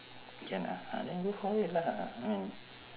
can ah ah then go for it lah I mean